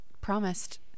promised